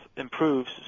improves